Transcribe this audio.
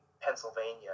Pennsylvania